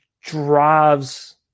drives